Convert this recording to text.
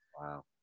Wow